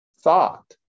thought